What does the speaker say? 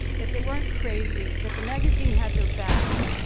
that they weren't crazy, that the magazine had their backs,